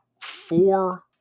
four